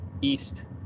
East